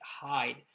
hide